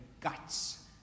guts